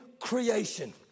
creation